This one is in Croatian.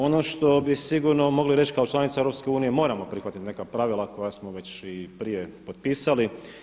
Ono što bi sigurno mogli reći kao članica EU moramo prihvatiti neka pravila koja smo već i prije potpisali.